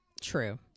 True